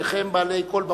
שניכם בעלי קול,